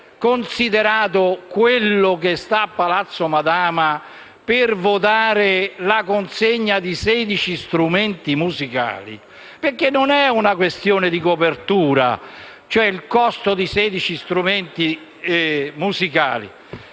considerato "quello che sta a Palazzo Madama" per votare la consegna di 16 strumenti musicali. Non è una questione di copertura, vale a dire del costo dei 16 strumenti musicali.